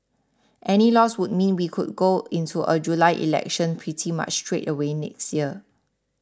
any loss would mean we could go into a July election pretty much straight away next year